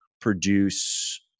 produce